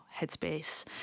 headspace